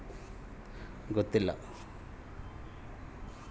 ನಮ್ಮ ಹೊಲದ ಮಣ್ಣಿನಲ್ಲಿ ಪೊಟ್ಯಾಷ್ ಅಂಶದ ಕೊರತೆ ಹೆಚ್ಚಾಗಿದ್ದು ಅದನ್ನು ವೃದ್ಧಿಸಲು ಏನು ಮಾಡಬೇಕು?